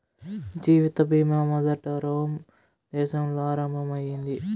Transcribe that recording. జీవిత బీమా మొదట రోమ్ దేశంలో ఆరంభం అయింది